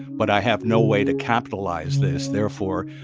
but i have no way to capitalize this. therefore,